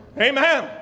amen